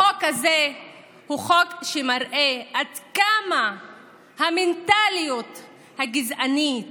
החוק הזה הוא חוק שמראה עד כמה המנטליות הגזענית